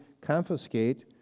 confiscate